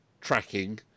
tracking